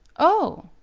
oh!